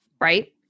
Right